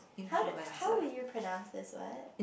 how to how would you pronounce this word